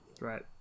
right